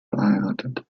verheiratet